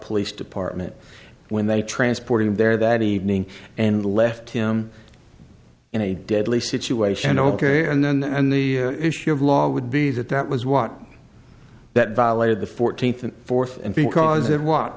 police department when they transported him there that evening and left him in a deadly situation ok and then and the issue of law would be that that was what that violated the fourteenth and fourth and because of what